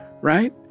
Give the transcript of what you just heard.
right